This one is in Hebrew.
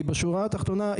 כי בשורה התחתונה,